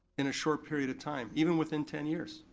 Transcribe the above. in a short period of time, even within ten years?